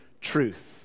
truth